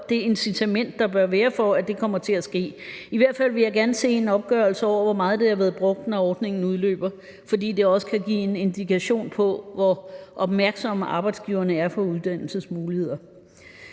det incitament, der bør være, for at det kommer til at ske. Jeg vil i hvert fald gerne se en opgørelse over, hvor meget det har været brugt, når ordningen udløber, fordi det også kan give en indikation af, hvor opmærksomme arbejdsgiverne er på uddannelsesmulighederne.